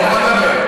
בצלאל, בוא נדבר.